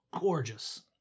gorgeous